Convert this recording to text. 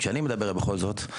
כשאני מדבר בכל זאת.